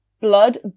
Blood